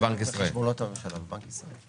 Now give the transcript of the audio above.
חשבונות הממשלה בבנק ישראל.